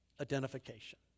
identification